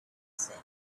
said